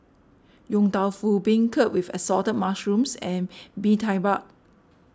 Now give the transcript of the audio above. Yong Tau Foo Beancurd with Assorted Mushrooms and Bee Tai Bak